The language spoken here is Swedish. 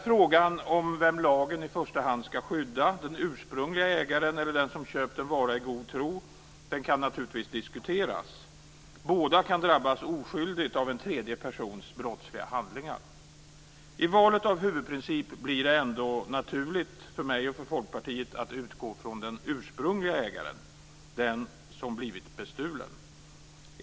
Frågan om vem lagen i första hand skall skydda, den ursprunglige ägaren eller den som köpt en vara i god tro, kan naturligtvis diskuteras. Båda kan drabbas oskyldigt av en tredje persons brottsliga handlingar. I valet av huvudprincip blir det ändå naturligt för mig och Folkpartiet att utgå från den ursprunglige ägaren, den som blivit bestulen.